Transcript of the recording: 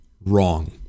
wrong